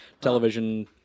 Television